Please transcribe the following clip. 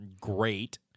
great